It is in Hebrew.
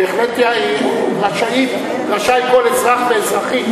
בהחלט רשאים כל אזרח ואזרחית,